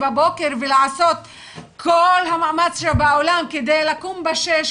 בבוקר ולעשות כל המאמץ שבעולם כדי לקום ב-06:00,